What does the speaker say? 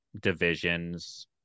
divisions